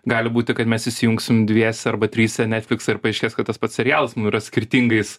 gali būti kad mes įsijungsim dviese arba tryse netfliksą ir paaiškės kad tas pats serialas yra skirtingais